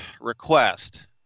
request